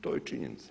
To je činjenica.